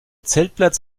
zeltplatz